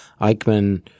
Eichmann